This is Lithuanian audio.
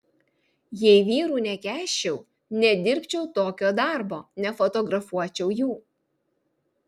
jei vyrų nekęsčiau nedirbčiau tokio darbo nefotografuočiau jų